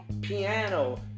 piano